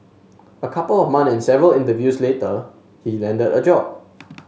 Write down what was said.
a couple of months and several interviews later he landed a job